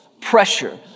pressure